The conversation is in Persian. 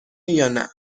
یانه